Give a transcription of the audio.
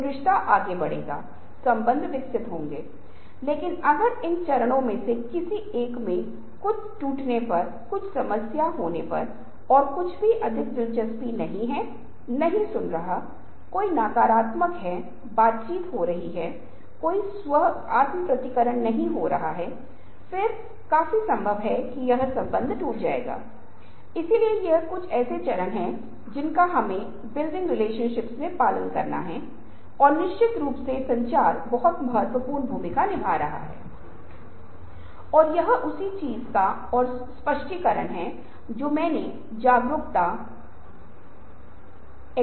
computer screen और इसके पीछे की पूरी तकनीक वास्तव में इसका एक उदाहरण है क्योंकि कंप्यूटर में विंडोज से पहले डॉस था हमारे पास इनपुट थे जो कि टेक्स्ट इनपुट्स थे लेकिन विंडोज के साथ हमारे पास दृश्य थे इनपुट्स है हमारे पास प्रतिष्ठित इनपुट थे और उस तरह से पूरी तरह से रूपांतरित हो गए कि कंप्यूटर विश्वविद्यालयों के उच्च गढ़ से नीचे आ गए और इतने सामान्य स्थान इतने शक्तिशाली हो गए कि बच्चे का सबसे छोटा बच्चा भी प्रोसेसर और एक मशीन का उपयोग करता है जो हो सकता है १ ९ ६० के दशक की शुरुआती मशीनों के रूप में सौ या हजार गुना शक्तिशाली हो जो विश्वविद्यालयों मे कई कमरे लेते थे जहां कंप्यूटर जहां कंप्यूटर विज्ञान पढ़ाया जा रहा था